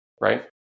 Right